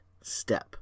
step